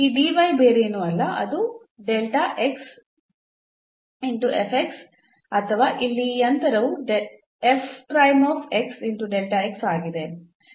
ಈ ಬೇರೇನೂ ಅಲ್ಲ ಅದು delta x f x ಅಥವಾ ಇಲ್ಲಿ ಈ ಅಂತರವು ಆಗಿದೆ